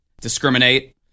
discriminate